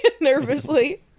Nervously